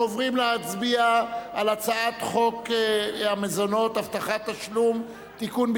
אני קובע שהצעת חוק המזונות (הבטחת תשלום) (תיקון,